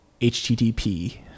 HTTP